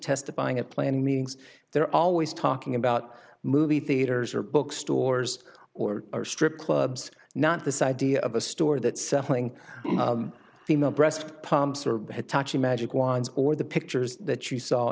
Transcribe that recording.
testifying at planning meetings they're always talking about movie theaters or book stores or strip clubs not this idea of a store that selling female breast pumps or had touch a magic wand or the pictures that you saw